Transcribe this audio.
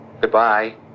Goodbye